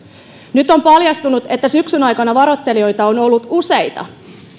nyt on paljastunut että syksyn aikana varoittelijoita on ollut useita